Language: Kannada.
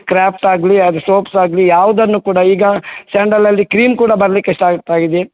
ಕ್ರಾಫ್ಟ್ ಆಗಲಿ ಅದು ಸೋಪ್ಸ್ ಆಗಲಿ ಯಾವುದನ್ನು ಕೂಡ ಈಗ ಸ್ಯಾಂಡಲಲ್ಲಿ ಕ್ರೀಮ್ ಕೂಡ ಬರಲಿಕ್ಕೆ ಸ್ಟಾರ್ಟ್ ಆಗಿದೆ